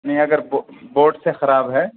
نہیں اگر بورڈ سے خراب ہے